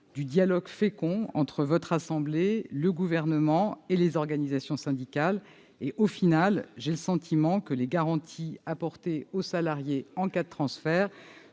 du dialogue fécond entre votre assemblée, le Gouvernement et les organisations syndicales, et j'ai le sentiment que les garanties apportées aux salariés en cas de transfert